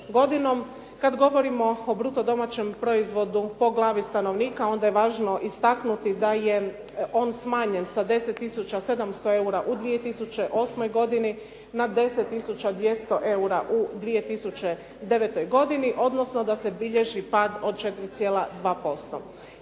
Kada govorimo o bruto domaćem proizvodu po glavi stanovnika onda je važno istaknuti da je on smanjen sa 10 tisuća 700 eura u 2008. godini na 10 tisuća 200 eura u 2009. godini da se bilježi pad od 4,2%.